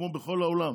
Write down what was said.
כמו בכל העולם,